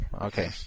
okay